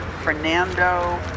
Fernando